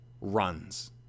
runs